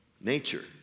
Nature